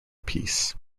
piece